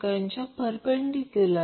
35 Ω म्हणजे 1 ω0 C